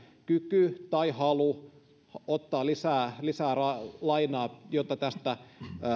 kyky tai halu ottaa lisää lisää lainaa jotta tästä